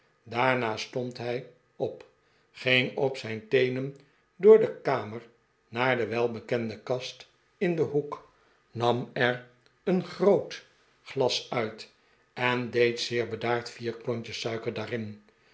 daarna stond hij op ging op zijn teenen door de kamer naar de welbekende kast in den hoek nam er een groot glas uit en deed zeer bedaard vier klontjes suiker daarin